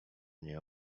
nie